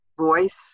voice